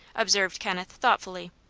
observed kenneth, thoughtfully.